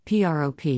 PROP